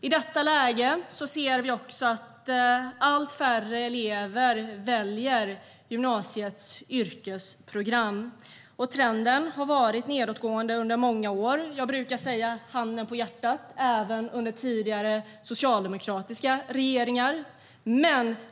I detta läge ser vi också att allt färre elever väljer gymnasiets yrkesprogram. Trenden har varit nedåtgående under många år, och med handen på hjärtat var den det även under tidigare socialdemokratiska regeringar.